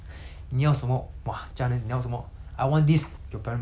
your parent buy for you this I want that one 就给你 !wah! 哪里可以